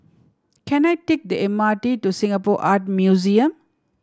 can I take the M R T to Singapore Art Museum